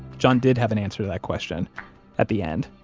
john did have an answer to that question at the end